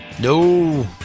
No